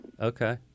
Okay